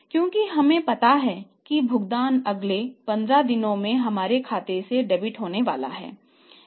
क्योंकि हमें पता है कि भुगतान अगले 15 दिनों में हमारे खाते से डेबिट होने वाला है